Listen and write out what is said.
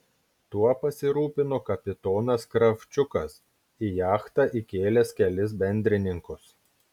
tuo pasirūpino kapitonas kravčiukas į jachtą įkėlęs kelis bendrininkus